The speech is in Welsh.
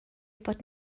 bod